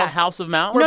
ah house of mouse?